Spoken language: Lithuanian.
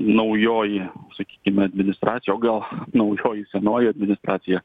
naujoji sakykime administracija o gal naujoji senoji administracija